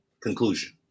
conclusion